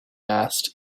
asked